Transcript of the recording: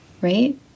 right